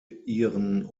ihren